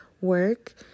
work